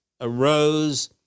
arose